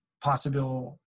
possible